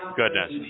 goodness